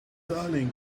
darling